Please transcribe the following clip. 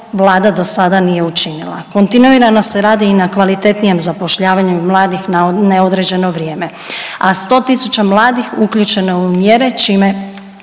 Vlada do sada nije učinila. Kontinuirano se radi i na kvalitetnijem zapošljavanju mladih na neodređeno vrijeme, a 100 000 mladih uključeno je u mjere čime